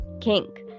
kink